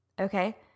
Okay